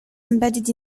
embedded